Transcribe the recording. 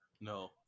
No